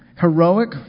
heroic